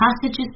passages